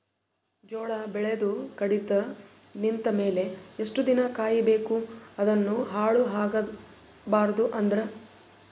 ಜೋಳ ಬೆಳೆದು ಕಡಿತ ನಿಂತ ಮೇಲೆ ಎಷ್ಟು ದಿನ ಕಾಯಿ ಬೇಕು ಅದನ್ನು ಹಾಳು ಆಗಬಾರದು ಅಂದ್ರ?